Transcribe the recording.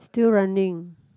still running